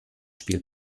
spiel